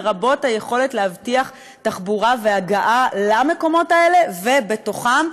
לרבות היכולת להבטיח תחבורה והגעה למקומות האלה ובתוכם,